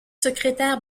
secrétaire